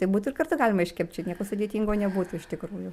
tai būt ir kartu galima iškept čia nieko sudėtingo nebūtų iš tikrųjų